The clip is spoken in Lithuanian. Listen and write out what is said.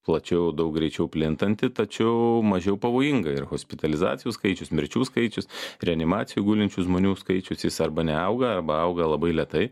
plačiau daug greičiau plintanti tačiau mažiau pavojinga ir hospitalizacijų skaičius mirčių skaičius reanimacijoj gulinčių žmonių skaičius jis arba neauga arba auga labai lėtai